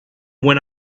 when